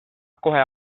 kohe